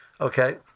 Okay